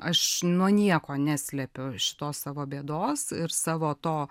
aš nuo nieko neslepiu šitos savo bėdos ir savo to